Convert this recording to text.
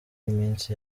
iminsi